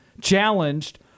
challenged